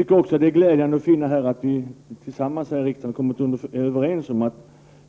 Det är också glädjande att vi här i riksdagen är överens om att